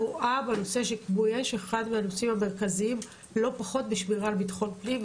רואה בנושא של כיבוי אש אחד מהנושאים המרכזיים בשמירה על ביטחון פנים,